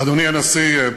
אדוני הנשיא,